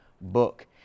book